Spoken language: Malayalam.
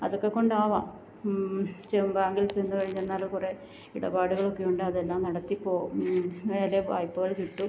അതൊക്കെ കൊണ്ടാവാം ബാങ്കിൽ ചെന്ന് കഴിഞ്ഞെന്നാലോ കുറേ ഇടപാടുകളൊക്കെ ഉണ്ട് അതെല്ലാം നടത്തി വായ്പ്പകൾ കിട്ടൂ